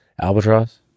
Albatross